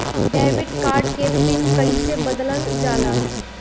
Debit card के PIN कईसे बदलल जाला?